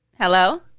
Hello